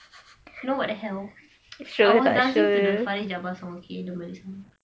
no what the hell I were dancing to the fariz jabba song okay the malay song